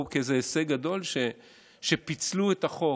הציגו פה כהישג גדול שפיצלו את החוק.